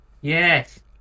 Yes